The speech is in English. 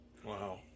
Wow